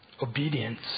Obedience